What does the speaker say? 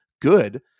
good